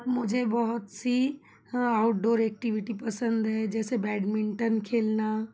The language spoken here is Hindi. मुझे बहुत सी हाँ आउट्डोर ऐक्टिविटी पसंद है जैसे बैडमिंटन खेलना